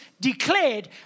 declared